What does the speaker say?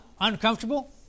uncomfortable